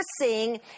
seeing